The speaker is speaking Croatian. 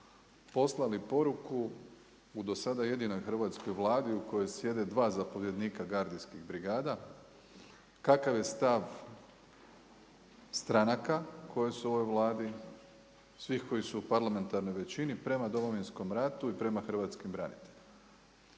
poslali poruku u do sada jedinoj hrvatskoj Vladi u kojoj sjede dva zapovjednika gardijskih brigada kakav je stav stranaka koje su u ovoj Vladi, svih koji su u parlamentarnoj većini, prema Domovinskom ratu i prema hrvatskim branitelja.